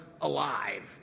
alive